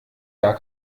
gar